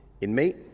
Inmate